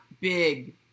big